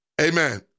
Amen